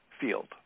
field